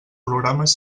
programes